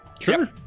Sure